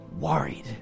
worried